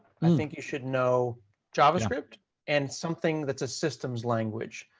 i think you should know javascript and something that's a systems language.